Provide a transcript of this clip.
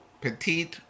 petit